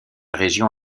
région